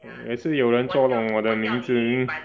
也是有人作弄我的名字